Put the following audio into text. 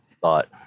thought